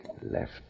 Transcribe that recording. Left